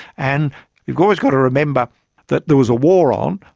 and you've always got to remember that there was a war on.